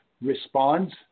responds